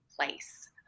place